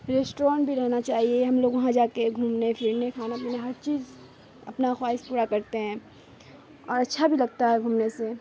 restaurant بھی رہنا چاہیے ہم لوگ وہاں جا کے گھومنے پھرنے کھانا پینے ہر چیز اپنا خواہش پورا کرتے ہیں اور اچھا بھی لگتا ہے گھومنے سے